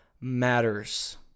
matters